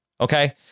Okay